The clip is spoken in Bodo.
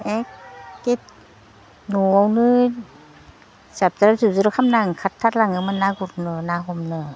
एखे न'आवनो जाबजा ज्रुज्रु खामना ओंखारथालाङोमोन ना गुरनो ना हमनो